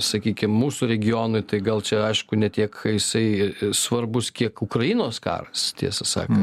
sakykim mūsų regionui tai gal čia aišku ne tiek jisai svarbus kiek ukrainos karas tiesą sakant